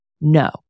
No